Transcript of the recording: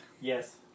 Yes